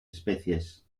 especies